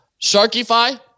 Sharkify